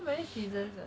how many seasons ah